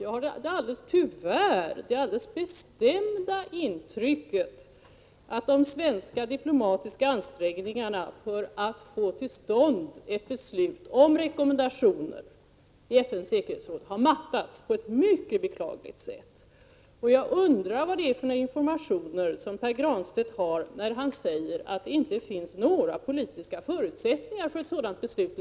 Jag har tyvärr det alldeles bestämda intrycket att de svenska diplomatiska ansträngningarna för att få till stånd ett beslut om rekommendationer i FN:s säkerhetsråd har mattats på ett mycket beklagligt sätt, och jag undrar vilka informationer Pär Granstedt har när han säger att det inte längre finns några politiska förutsättningar för ett sådant beslut.